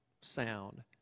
sound